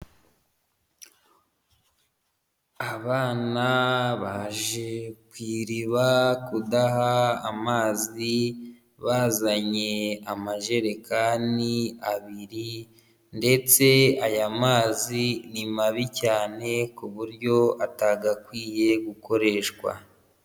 Abana baje ku iriba kudaha amazi bazanye amajerekani abiri, ndetse aya mazi ni mabi cyane ku buryo atagakwiye gukoreshwa.